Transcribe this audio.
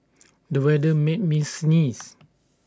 the weather made me sneeze